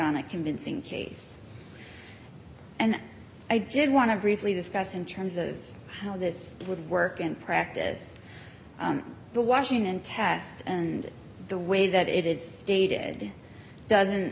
on a convincing case and i did want to briefly discuss in terms of how this would work in practice the washington test and the way that it is stated doesn't